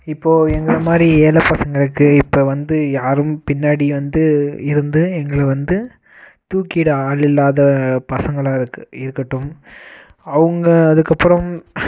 இப்போது எங்களை மாதிரி ஏழை பசங்களுக்கு இப்போ வந்து யாரும் பின்னாடி வந்து இருந்து எங்களை வந்து தூக்கிவிட ஆள் இல்லாத பசங்களாக இருக்குது இருக்கட்டும் அவங்க அதுக்கப்புறம்